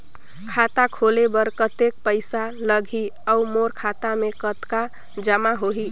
खाता खोले बर कतेक पइसा लगही? अउ मोर खाता मे कतका जमा होही?